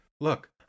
look